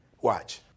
Watch